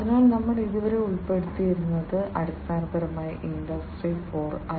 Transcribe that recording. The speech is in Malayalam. അതിനാൽ ഞങ്ങൾ ഇതുവരെ ഉൾപ്പെടുത്തിയിരിക്കുന്നത് അടിസ്ഥാനപരമായി ഇൻഡസ്ട്രി 4